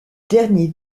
dernier